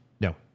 No